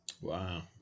Wow